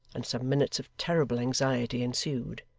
and some minutes of terrible anxiety ensued.